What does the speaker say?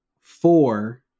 four